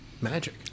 Magic